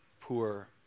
poor